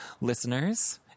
listeners